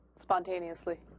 Spontaneously